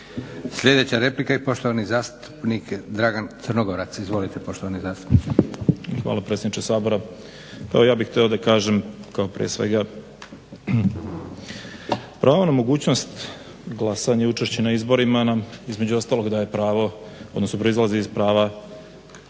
Izvolite poštovani zastupniče. **Crnogorac, Dragan (SDSS)** Hvala predsjedniče Sabora. Pa evo ja bih hteo da kažem kao pre svega pravo na mogućnost glasanja i učešće na izborima nam između ostalog daje pravo odnosno proizlazi iz prava